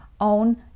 own